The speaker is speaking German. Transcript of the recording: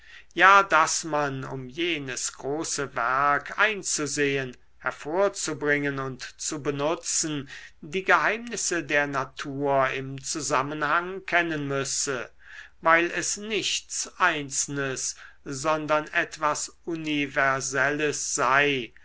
ja daß man um jenes große werk einzusehen hervorzubringen und zu benutzen die geheimnisse der natur im zusammenhang kennen müsse weil es nichts einzelnes sondern etwas universelles sei